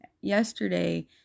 yesterday